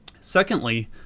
Secondly